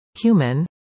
cumin